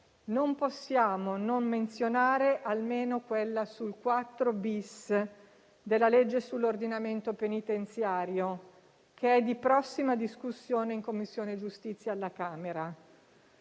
non possiamo non menzionare almeno quella sull'articolo 4-*bis* della legge sull'ordinamento penitenziario, di prossima discussione in Commissione giustizia alla Camera.